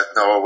no